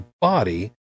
body